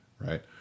right